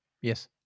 Yes